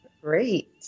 Great